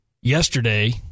yesterday